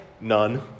None